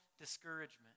discouragement